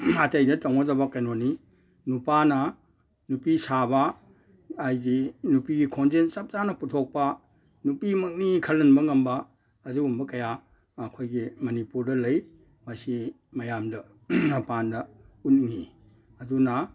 ꯑꯇꯩꯗ ꯇꯧꯅꯗꯕ ꯀꯩꯅꯣꯅꯤ ꯅꯨꯄꯥꯅ ꯅꯨꯄꯤ ꯁꯥꯕ ꯍꯥꯏꯗꯤ ꯅꯨꯄꯤꯒꯤ ꯈꯣꯟꯖꯦꯟ ꯆꯞ ꯆꯥꯅ ꯄꯨꯊꯣꯛꯄ ꯅꯨꯄꯤꯃꯛꯅꯤ ꯈꯜꯍꯟꯕ ꯉꯝꯕ ꯑꯗꯨꯒꯨꯝꯕ ꯀꯌꯥ ꯑꯩꯈꯣꯏꯒꯤ ꯃꯅꯤꯄꯨꯔꯗ ꯂꯩ ꯃꯁꯤ ꯃꯌꯥꯝꯗ ꯃꯄꯥꯟꯗ ꯎꯠꯅꯤꯡꯏ ꯑꯗꯨꯅ